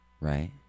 right